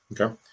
Okay